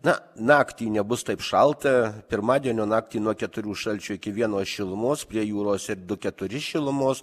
na naktį nebus taip šalta pirmadienio naktį nuo keturių šalčio iki vieno šilumos prie jūros ir du keturi šilumos